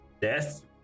death